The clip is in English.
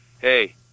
hey